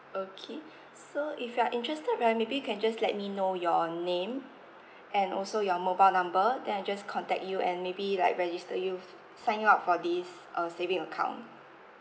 okay so if you're interested right maybe you can just let me know your name and also your mobile number then I just contact you and maybe like register you sign you up for this uh saving account